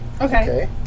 Okay